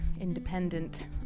independent